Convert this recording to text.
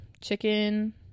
chicken